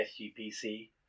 SGPC